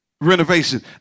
Renovation